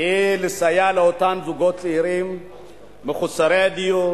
היא לסייע לאותם זוגות צעירים מחוסרי דיור,